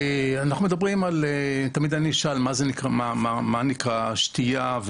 תמיד נשאל מה נקרא שתייה,